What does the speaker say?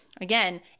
Again